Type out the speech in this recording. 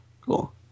Cool